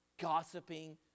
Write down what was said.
Gossiping